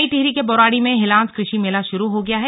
नई टिहरी के बौराड़ी में हिलांस कृषि मेला शुरू हो गया है